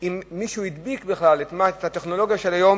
אם מישהו הדביק בכלל את הטכנולוגיה של היום,